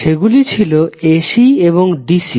সেগুলি ছিল এসি এবং ডিসি